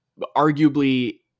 arguably